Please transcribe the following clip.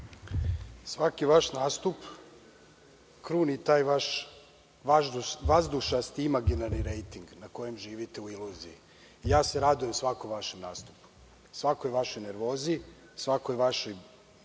Svaki vaš nastup kruni taj vaš vazdušni imaginarni rejting na kojem živite u iluziji. Radujem se svakom vašem nastupu, svakoj vašoj nervozi, svakoj vašoj